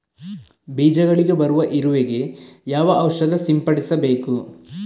ಬೀಜಗಳಿಗೆ ಬರುವ ಇರುವೆ ಗೆ ಯಾವ ಔಷಧ ಸಿಂಪಡಿಸಬೇಕು?